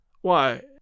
Why